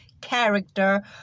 character